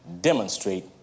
demonstrate